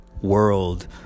world